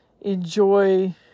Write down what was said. enjoy